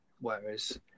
whereas